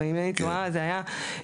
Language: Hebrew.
אבל אם אינני טועה זה היה שיכון,